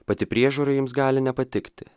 pati priežiūra jums gali nepatikti